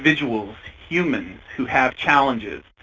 individuals, humans, who have challenges,